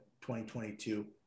2022